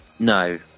No